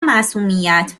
معصومیت